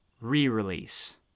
re-release